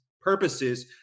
purposes